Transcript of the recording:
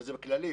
וזה בכללי,